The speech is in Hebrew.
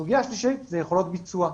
הסוגיה השלישית היא יכולות ביצוע.